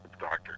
doctor